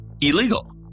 illegal